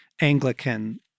Anglican